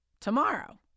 tomorrow